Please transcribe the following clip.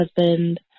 husband